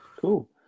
cool